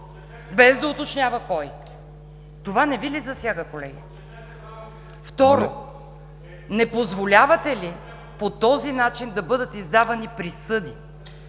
без да уточнява кой. Това не Ви ли засяга, колеги? Второ, не позволявате ли по този начин да бъдат издавани присъди